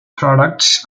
products